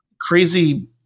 crazy